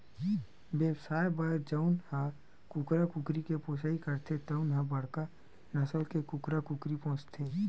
बेवसाय बर जउन ह कुकरा कुकरी पोसइ करथे तउन ह बड़का नसल के कुकरा कुकरी पोसथे